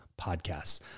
podcasts